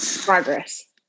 progress